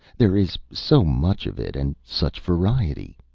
there is so much of it and such variety.